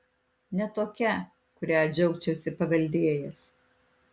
ne tokia kurią džiaugčiausi paveldėjęs